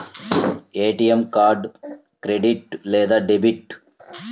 ATM card credit లేదా debit?